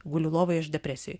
guliu lovoj aš depresijoj